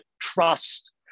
trust